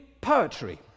poetry